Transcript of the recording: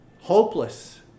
hopeless